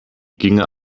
ginge